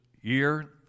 year